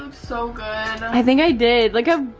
um so good i think i did, like ah